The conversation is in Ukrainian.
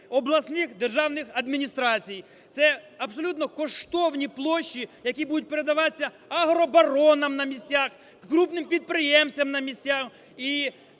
обласних державних адміністрацій. Це абсолютно коштовні площі, які будуть передаватися агробаронам на місцях, крупним підприємцям на місцях